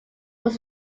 was